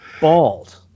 bald